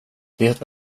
det